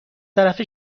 طرف